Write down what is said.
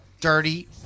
Dirty